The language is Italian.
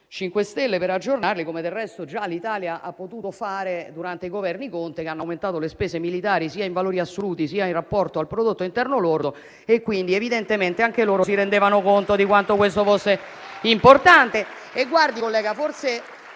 5 Stelle per aggiornarli, come del resto già l'Italia ha potuto fare durante i Governi Conte, che hanno aumentato le spese militari sia in valori assoluti, sia in rapporto al prodotto interno lordo. Quindi, evidentemente, anche loro si rendevano conto di quanto questo fosse importante.